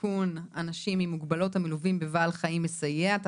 (תיקון אנשים עם מוגבלות המלווים בבעל חיים מסייע) ,